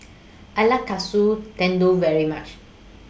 I like Katsu Tendon very much